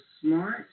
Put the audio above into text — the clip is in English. smart